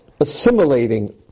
assimilating